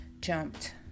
jumped